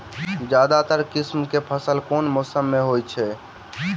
ज्यादातर किसिम केँ फसल केँ मौसम मे होइत अछि?